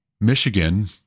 Michigan